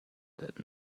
that